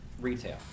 retail